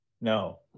no